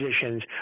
positions